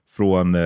Från